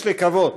יש לקוות